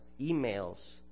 emails